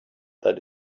that